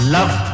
Love